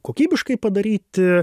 kokybiškai padaryti